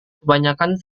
kebanyakan